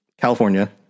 California